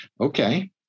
okay